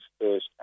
first